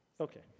Okay